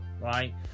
right